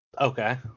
Okay